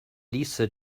lisa